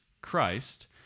Christ